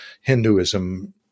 Hinduism